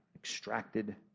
extracted